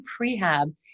prehab